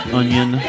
onion